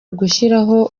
ugushyiraho